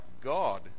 God